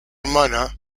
hermana